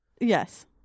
Yes